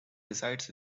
resides